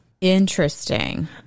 Interesting